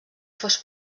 fos